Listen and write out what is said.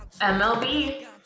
MLB